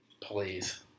Please